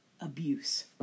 abuse